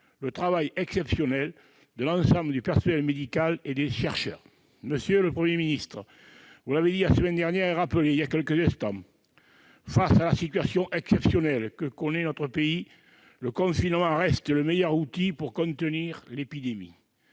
-le travail exceptionnel de l'ensemble du personnel médical et des chercheurs. Monsieur le Premier ministre, vous l'avez dit la semaine dernière et rappelé il y a quelques instants : face à la situation exceptionnelle que connaît notre pays, le confinement reste le meilleur outil pour contenir l'épidémie,